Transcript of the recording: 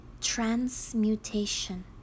transmutation